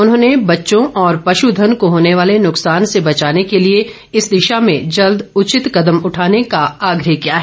उन्होंने बच्चों और पशु धन को होने वाले नुकसान से बचाने के लिए इस दिशा में जल्द उचित कदम उठाने का आग्रह किया है